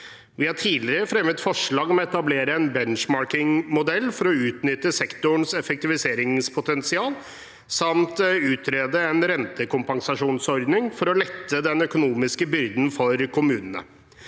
Vi har tidligere fremmet forslag om å etablere en benchmarking-modell for å utnytte sektorens effektiviseringspotensial samt utrede en rentekompensasjonsordning for å lette den økonomiske byrden for kommunene.